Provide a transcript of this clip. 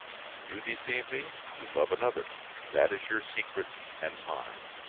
you deceive me, you love another that is your secret and mine.